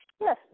Yes